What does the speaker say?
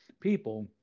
people